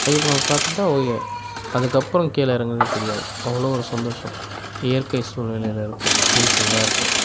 ஐயப்பனை பார்த்துட்டா ஓகே அதுக்கப்பறம் கீழே இறங்குறது தெரியாது அவ்வளோ ஒரு சந்தோஷம் இயற்கை சூழ்நிலையில் இருக்கும் ஹில்ஸுந்தான் இருக்கும்